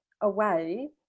away